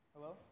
Hello